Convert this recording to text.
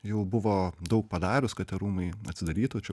jau buvo daug padarius kad tie rūmai atsidarytų čia